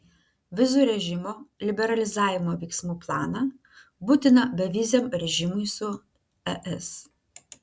vizų režimo liberalizavimo veiksmų planą būtiną beviziam režimui su es